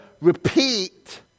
repeat